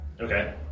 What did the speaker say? okay